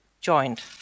joined